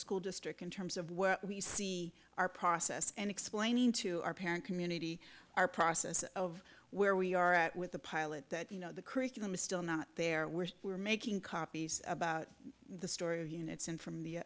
school district in terms of where we see our process and explaining to our parent community our process of where we are at with the pilot you know the curriculum is still not there where we're making copies about the story of units in from the